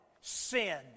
Sin